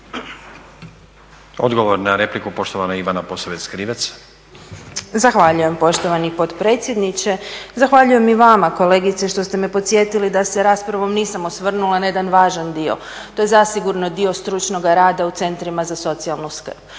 Odgovor na repliku, poštovana Ivana Posavec Krivec. **Posavec Krivec, Ivana (SDP)** Zahvaljujem poštovani potpredsjedniče. Zahvaljujem i vama kolegice što ste me podsjetili da se raspravom nisam osvrnula na jedan važan dio. To je zasigurno dio stručnoga rada u centrima za socijalnu skrb.